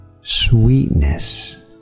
Sweetness